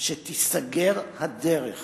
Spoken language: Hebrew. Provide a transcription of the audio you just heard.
שתיסגר הדרך